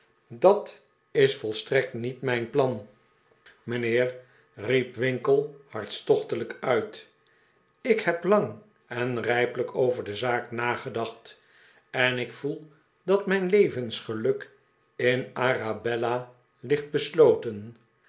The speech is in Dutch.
dat is volstrekt niet mijn plan mijnd e pickwick club heer riep winkle hartstochtelijk uit ik heb lang en rijpelijk over de zaak nagedacht en ik voel dat mijn levensgeluk in arabella ligt besloten